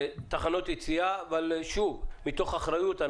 תחנות יציאה, אבל מתוך אחריות.